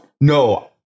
no